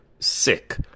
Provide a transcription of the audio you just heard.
Sick